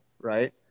right